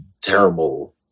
Terrible